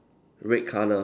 red colour